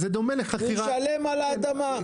הוא ישלם על האדמה,